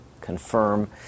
confirm